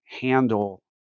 handle